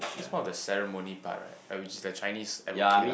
that's part of the ceremony part right like which is the Chinese advocate lah